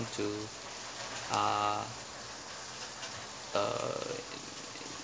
to uh uh